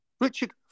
Richard